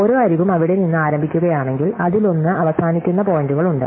ഓരോ അരികും അവിടെ നിന്ന് ആരംഭിക്കുകയാണെങ്കിൽ അതിലൊന്ന് അവസാനിക്കുന്ന പോയിന്റുകളുണ്ട്